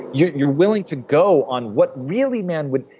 you're you're willing to go on what really, man, would.